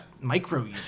micro